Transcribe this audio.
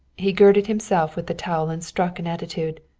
he girded himself with the towel and struck an attitude.